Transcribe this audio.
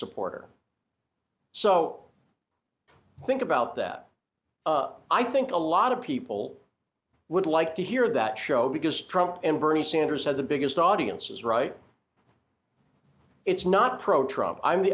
supporter so think about that i think a lot of people would like to hear that show because trump and bernie sanders had the biggest audience is right it's not pro trump i